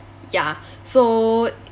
ya so